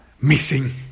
missing